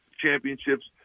championships